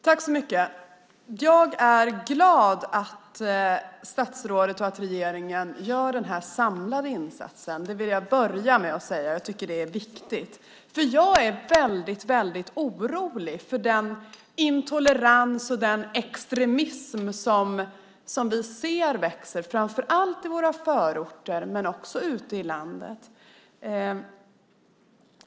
Herr talman! Jag är glad att statsrådet och regeringen gör denna samlade insats. Jag vill börja med att säga detta. Det är viktigt. Jag är orolig för den intolerans och extremism som vi ser växer framför allt i våra förorter och ute i landet.